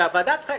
והוועדה צריכה,